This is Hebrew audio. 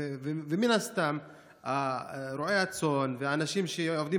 ומן הסתם רועי הצאן ואנשים שעובדים